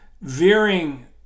veering